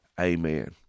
amen